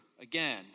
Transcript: again